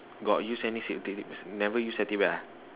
got use any safety never use safety belt ah